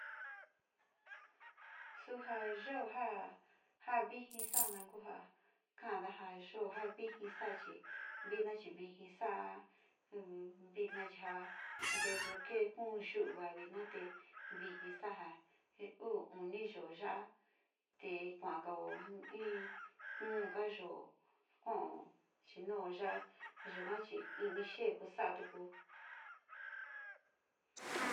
Su ja yoo ja ja vijii saa na ku ja kadaja yoo ja viji sa´a chi vina chi vijii ni saa vina keeyo kuu yu´uva viña te vijii sa´a ja uu uni yoo ya´ate kua’a jaa in kuu ja yoo kuaa nu yaa yaga chi ni’ini xeeku sa´a tu ko.